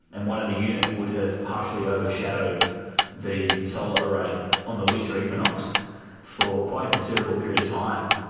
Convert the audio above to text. and one of the units would have partially overshadowed the solar array on the winter equinox for quite a considerable period of time,